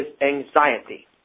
anxiety